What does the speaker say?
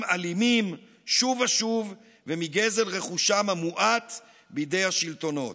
אלימים שוב ושוב ומגזל רכושם המועט בידי השלטונות.